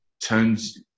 turns